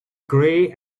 grey